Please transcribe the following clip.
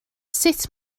sut